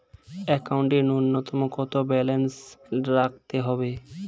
একাউন্টে নূন্যতম কত ব্যালেন্স রাখতে হবে?